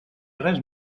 res